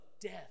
death